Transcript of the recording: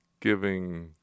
giving